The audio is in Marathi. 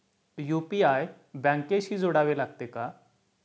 यु.पी.आय बँकेशी जोडावे लागते का?